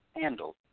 handled